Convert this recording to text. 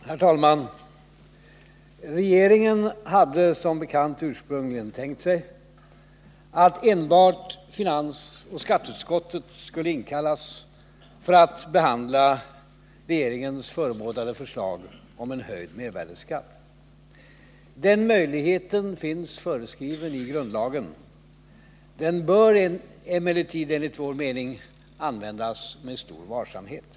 Herr talman! Regeringen hade, som bekant, ursprungligen tänkt sig att enbart finansoch skatteutskotten skulle inkallas för att behandla regeringens förebådade förslag om höjd mervärdeskatt. Den möjligheten finns föreskriven i grundlagen. Den bör emellertid, enligt vår mening, användas med stor varsamhet.